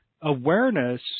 Awareness